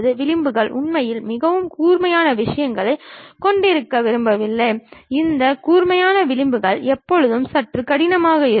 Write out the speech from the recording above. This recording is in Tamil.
விளிம்புகள் உண்மையில் மிகவும் கூர்மையான விஷயங்களைக் கொண்டிருக்க விரும்பவில்லை இந்த கூர்மையான விளிம்புகள் எப்போதும் சற்று கடினமாக இருக்கும்